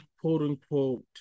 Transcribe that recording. quote-unquote